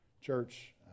Church